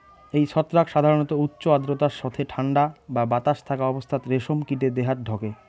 এই ছত্রাক সাধারণত উচ্চ আর্দ্রতার সথে ঠান্ডা বা বাতাস থাকা অবস্থাত রেশম কীটে দেহাত ঢকে